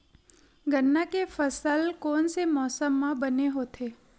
गन्ना के फसल कोन से मौसम म बने होथे?